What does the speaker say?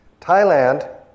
Thailand